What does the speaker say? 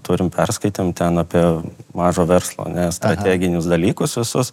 turim perskaitėm ten apie mažo verslo strateginius dalykus visus